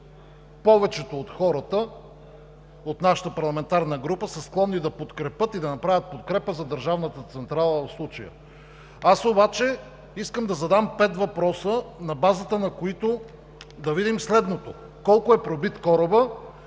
повечето от хората от нашата парламентарна група са склонни в случая да подкрепят държавната централа. Аз обаче искам да задам пет въпроса, на базата на които да видим следното: колко е пробит корабът,